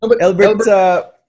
Albert